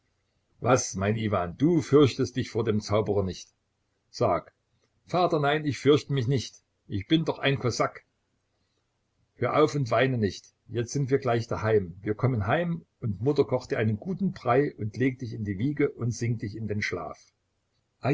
was mein iwan du fürchtest dich vor dem zauberer nicht sag vater nein ich fürcht mich nicht ich bin doch ein kosak hör auf und weine nicht jetzt sind wir gleich daheim wir kommen heim und mutter kocht dir einen guten brei und legt dich in die wiege und singt dich in den schlaf